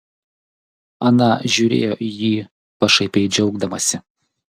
ana žiūrėjo į jį pašaipiai džiaugdamasi